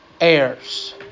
heirs